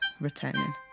returning